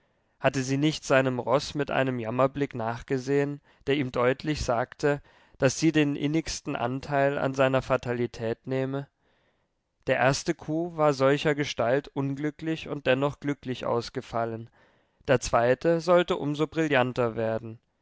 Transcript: hatte sie nicht seinem roß mit einem jammerblick nachgesehen der ihm deutlich sagte daß sie den innigsten anteil an seiner fatalität nehme der erste coup war solchergestalt unglücklich und dennoch glücklich ausgefallen der zweite sollte um so brillanter werden